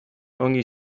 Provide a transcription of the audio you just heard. ongi